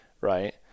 right